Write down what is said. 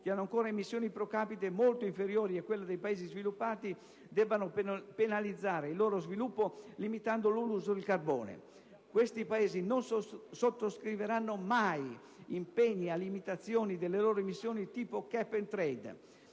che hanno ancora emissioni *pro capite* molto inferiori a quelle dei Paesi sviluppati, debbano penalizzare il loro sviluppo limitando l'uso del carbone. Questi Paesi non sottoscriveranno mai impegni a limitazioni delle loro emissioni tipo «*cap and trade».*